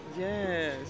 Yes